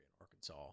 Arkansas